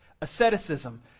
asceticism